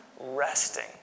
resting